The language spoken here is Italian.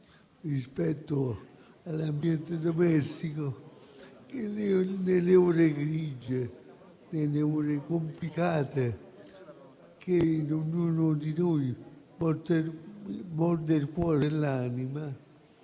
e all'ambiente domestico. Nelle ore grigie e complicate che in ognuno di noi mordono il cuore e l'anima,